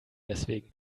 deswegen